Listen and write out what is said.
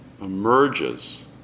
emerges